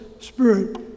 Spirit